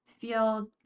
feel